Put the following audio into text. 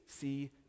see